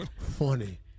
funny